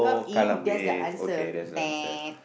Kallang-Wave okay that's the answer